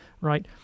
right